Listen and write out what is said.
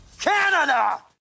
Canada